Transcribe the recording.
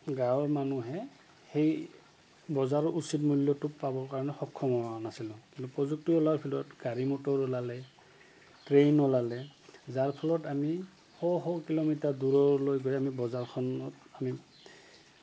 গাঁৱৰ মানুহে সেই বজাৰৰ উচিত মূল্যটো পাবৰ কাৰণে সক্ষম হোৱা নাছিলোঁ কিন্তু প্ৰযুক্তি ওলোৱাৰ ফলত গাড়ী মটৰ ওলালে ট্ৰেইন ওলালে যাৰ ফলত আমি শ শ কিলোমিটাৰ দূৰলৈ গৈ আমি বজাৰখনত আমি